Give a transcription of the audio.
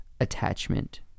attachment